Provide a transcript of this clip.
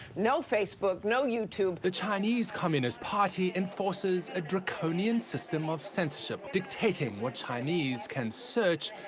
no facebook. no youtube. the chinese communist party enforces a draconian system of censorship, dictating what chinese can search,